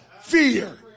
fear